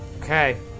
okay